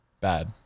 bad